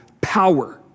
power